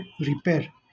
repair